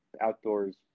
outdoors